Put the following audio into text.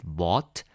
bought